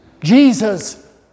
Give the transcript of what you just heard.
Jesus